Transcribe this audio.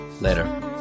later